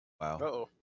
Wow